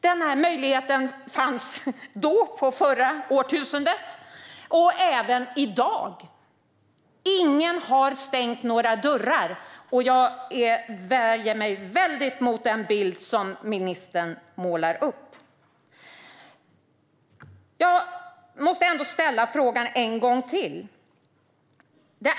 Denna möjlighet fanns då, på förra årtusendet, och den finns även i dag. Ingen har stängt några dörrar. Jag värjer mig starkt mot den bild som ministern målar upp. Jag måste ställa frågan en gång till.